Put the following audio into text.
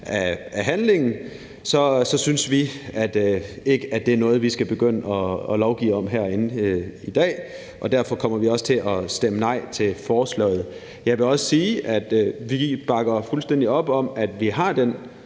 af handlingen, er det ikke noget, vi skal begynde at lovgive om herinde i dag. Derfor kommer vi også til at stemme nej til forslaget. Jeg vil også sige, at vi bakker fuldstændig op om, at vi har den